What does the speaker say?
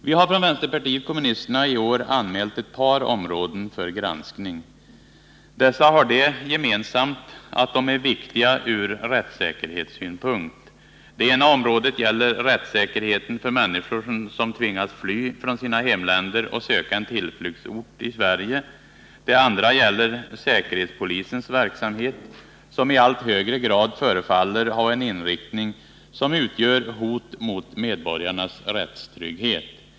Vi har från vänsterpartiet kommunisterna i år anmält ett par områden för granskning. Dessa har det gemensamt att de är viktiga ur rättssäkerhetssynpunkt. Det ena området gäller rättssäkerheten för människor som tvingas fly från sina hemländer och söka en tillflyktsort i Sverige. Det andra gäller säkerhetspolisens verksamhet, som i allt högre grad förefaller ha en inriktning som utgör hot mot medborgarnas rättstrygghet.